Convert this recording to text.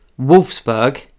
Wolfsburg